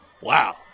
Wow